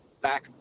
back